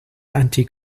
anti